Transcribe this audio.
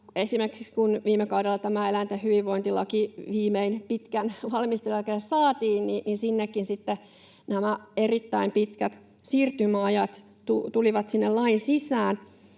Esimerkiksi kun viime kaudella tämä eläinten hyvinvointilaki viimein pitkän valmistelun jälkeen saatiin, niin nämä erittäin pitkät siirtymäajat tulivat sitten sinnekin lain sisään.